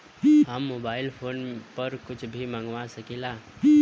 हम mobile phone पर कुछ भी मंगवा सकिला?